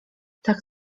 tak